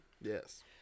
Yes